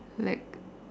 like